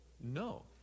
No